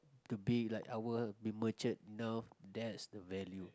to be like our be matured you know that's the value